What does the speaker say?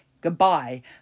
goodbye